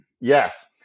Yes